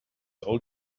old